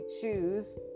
choose